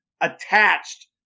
attached